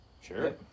Sure